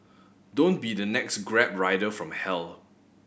don't be the next Grab rider from hell